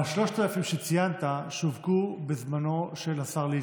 אבל ה-3,000 שציינת שֻׁווקו בזמנו של השר ליצמן.